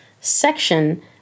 section